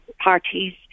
parties